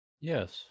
yes